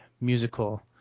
musical